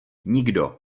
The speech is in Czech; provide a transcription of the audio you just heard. nikdo